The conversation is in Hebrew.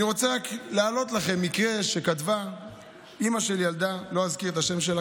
אני רוצה להעלות לכם מקרה שכתבה אימא של ילדה שלא אזכיר את שמה,